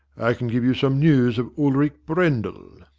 i can give you some news of ulrick brendel.